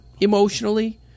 emotionally